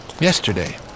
Yesterday